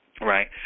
Right